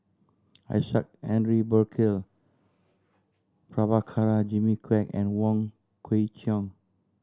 Isaac Henry Burkill Prabhakara Jimmy Quek and Wong Kwei Cheong